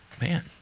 man